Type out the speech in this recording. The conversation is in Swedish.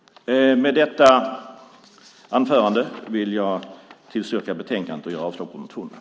Med detta anförande vill jag tillstyrka förslaget i betänkandet och föreslå avslag på motionerna.